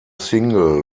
single